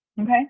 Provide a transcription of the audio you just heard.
okay